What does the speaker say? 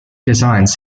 designs